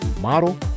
model